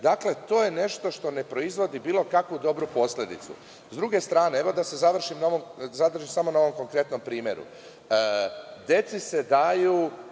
Dakle, to je nešto što ne proizvodi bilo kakvu dobru posledicu.S druge strane, evo da se zadržim samo na ovom konkretnom primeru, deci se daju